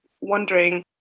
wondering